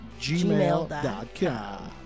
gmail.com